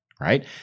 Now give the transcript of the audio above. right